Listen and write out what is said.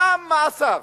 מה מעשיו.